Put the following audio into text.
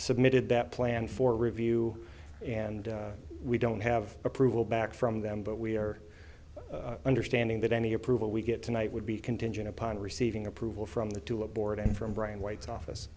submitted that plan for review and we don't have approval back from them but we are understanding that any approval we get tonight would be contingent upon receiving approval from the to a board in from brian white's office